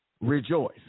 Rejoice